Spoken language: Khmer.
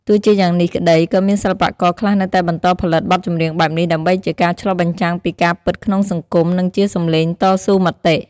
ទោះជាយ៉ាងនេះក្តី ក៏មានសិល្បករខ្លះនៅតែបន្តផលិតបទចម្រៀងបែបនេះ ដើម្បីជាការឆ្លុះបញ្ចាំងពីការពិតក្នុងសង្គម និងជាសំឡេងតស៊ូមតិ។